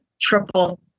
triple